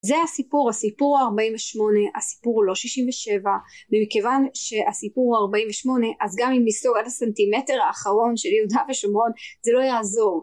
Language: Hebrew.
זה הסיפור הסיפור הוא 48 הסיפור לא 67 ומכיוון שהסיפור הוא 48 אז גם אם ניסוג עד הסנטימטר האחרון של יהודה ושומרון זה לא יעזור